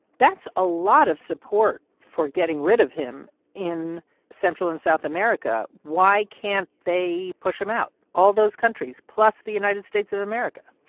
that's a lot of support for getting rid of him in central and south america. why can't they push him out all those countries plus the united states of america?